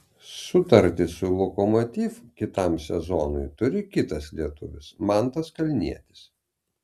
sutartį su lokomotiv kitam sezonui turi kitas lietuvis mantas kalnietis